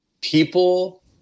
people